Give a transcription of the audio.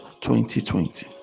2020